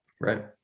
Right